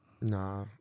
Nah